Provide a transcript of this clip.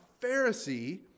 Pharisee